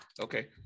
okay